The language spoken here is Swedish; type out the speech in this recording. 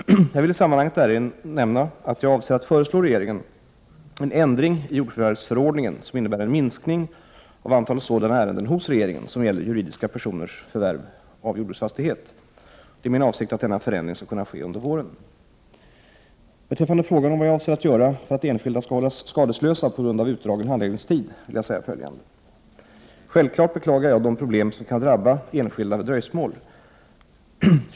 Jag vill i sammanhanget nämna att jag avser föreslå regeringen en ändring i jordförvärvsförordningen som innebär en minskning av antalet sådana ärenden hos regeringen som gäller juridiska personers förvärv av jordbruksfastighet. Det är min avsikt att denna förändring skall kunna ske under våren. Beträffande frågan om vad jag avser att göra för att enskilda skall hållas skadeslösa på grund av utdragen handläggningstid vill jag säga följande. Självklart beklagar jag de problem som kan drabba enskilda vid dröjsmål.